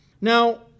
Now